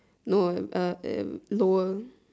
no a uh uh lower